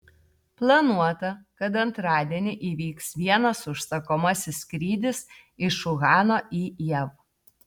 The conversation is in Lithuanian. planuota kad antradienį įvyks vienas užsakomasis skrydis iš uhano į jav